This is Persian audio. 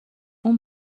اون